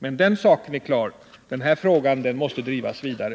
Men den saken är klar — den här frågan måste drivas vidare.